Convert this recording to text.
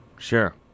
Sure